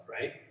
right